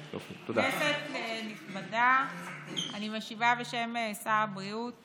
כנסת נכבדה, אני משיבה בשם שר הבריאות